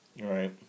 Right